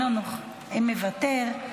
מוותר.